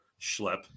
schlep